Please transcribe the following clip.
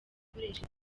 ukoresha